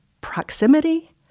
proximity